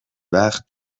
وقت